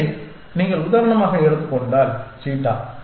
எனவே நீங்கள் உதாரணமாக எடுத்துக் கொண்டால் சீட்டா